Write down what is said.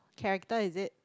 character is it